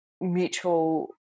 mutual